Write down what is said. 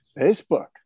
Facebook